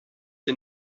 que